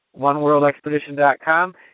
oneworldexpedition.com